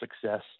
success